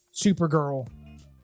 Supergirl